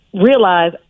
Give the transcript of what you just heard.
realize